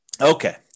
Okay